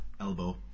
Elbow